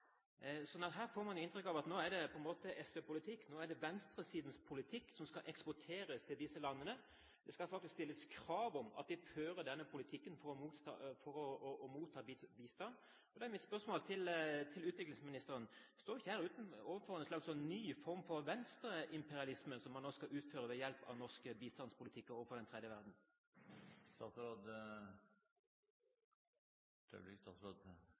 får på en måte inntrykk av at her er det SV-politikk – nå er det venstresidens politikk som skal eksporteres til disse landene. Det skal faktisk stilles krav om at de fører denne politikken for å motta bistand. Da er mitt spørsmål til utviklingsministeren: Står en ikke her overfor en slags ny form for venstreimperialisme, som man nå skal utføre overfor den tredje verden ved hjelp av norsk bistandspolitikk? Du kan si det sånn at er det én ting nyere forskning og